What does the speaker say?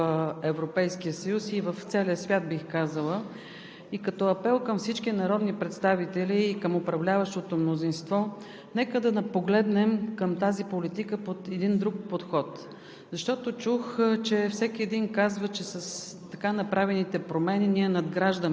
която е силно и тясно ограничена само в няколко страни в Европейския съюз и в целия свят, бих казала. И като апел към всички народни представители, и към управляващото мнозинство: нека да погледнем към тази политика под един друг подход,